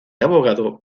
abogado